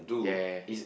ya